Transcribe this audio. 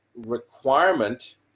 requirement